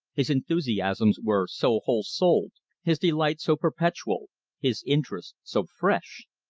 his enthusiasms were so whole-souled his delight so perpetual his interest so fresh!